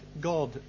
God